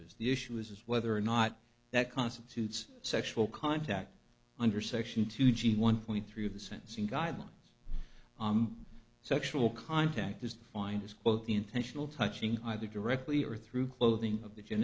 is the issue is whether or not that constitutes sexual contact under section two g one point three of the sentencing guidelines on sexual contact is defined as quote the intentional touching either directly or through clothing of the g